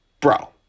bro